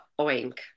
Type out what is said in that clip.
Oink